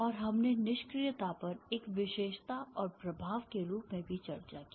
और हमने निष्क्रियता पर एक विशेषता और प्रभाव के रूप में भी चर्चा की